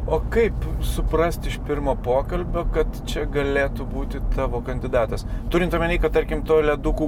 o kaip suprasti iš pirmo pokalbio kad čia galėtų būti tavo kandidatas turint omeny kad tarkim ledukų